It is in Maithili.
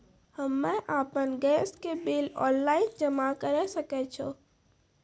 हम्मे आपन गैस के बिल ऑनलाइन जमा करै सकै छौ?